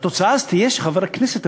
והתוצאה אז תהיה שחבר הכנסת,